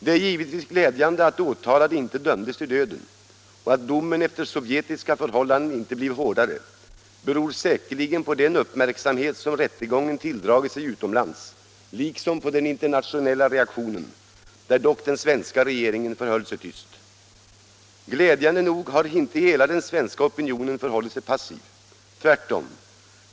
Det är givetvis glädjande att de åtalade inte dömdes till döden; att domen efter sovjetiska förhållanden inte blev hårdare beror säkerligen på den uppmärksamhet som rättegången tilldragit sig utomlands, liksom på den internationella reaktionen, där dock den svenska regeringen förhöll sig tyst. Glädjande nog har inte hela den svenska opinionen förhållit sig passiv. Tvärtom!